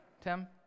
Tim